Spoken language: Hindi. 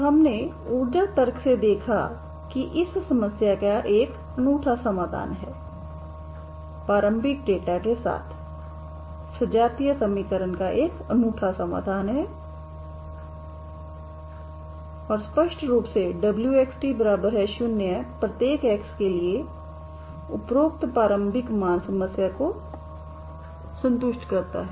तो हमने ऊर्जा तर्क से देखा है कि इस समस्या का एक अनूठा समाधान है प्रारंभिक डेटा के साथ सजातीय समीकरण का एक अनूठा समाधान हैऔर स्पष्ट रूप से wxt 0 ∀x उपरोक्त प्रारंभिक मान समस्या को संतुष्ट करता है